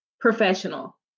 professional